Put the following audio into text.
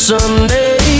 Sunday